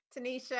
Tanisha